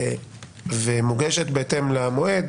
והיא מוגשת בהתאם למועד,